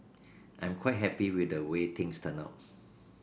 I'm quite happy with the way things turned out